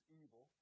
evil